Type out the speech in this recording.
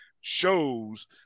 shows